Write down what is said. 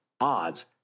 odds